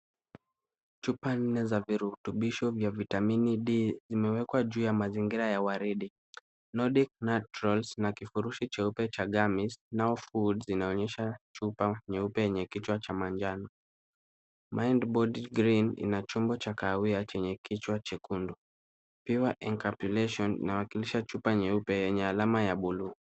Chupa nne za virutubisho vya vitamini D zimewekwa juu ya mazingira ya waridi. Nodi naturals na kifurushi cheupe cha gummies na food zinaonyesha chupa nyeupe yenye kichwa cha manjano. Mind body green ina chumbo cha kawaida chenye kichwa chekundu. Pewa encapsulation na wakilisha chupa nyeupe yenye alama ya buluu.